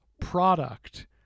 product